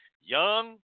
young